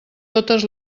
totes